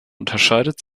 unterscheidet